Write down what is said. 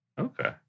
okay